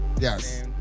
Yes